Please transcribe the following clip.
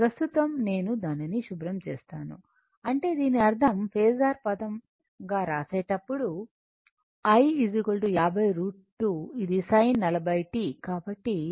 ప్రస్తుతం నేను దానిని శుభ్రం చేస్తాను అంటే దీని అర్థం ఫేసర్ పదంగా వ్రాసేటప్పుడు i 50 √ 2 ఇది sin 40 t